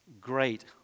Great